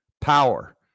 power